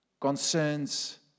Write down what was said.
concerns